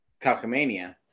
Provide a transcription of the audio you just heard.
cockamania